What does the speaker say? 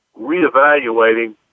reevaluating